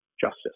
justice